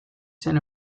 zen